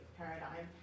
paradigm